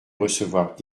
recevoir